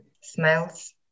smells